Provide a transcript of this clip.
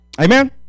amen